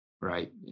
right